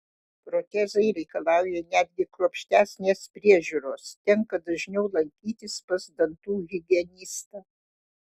protezai reikalauja netgi kruopštesnės priežiūros tenka dažniau lankytis pas dantų higienistą